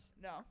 no